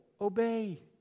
Obey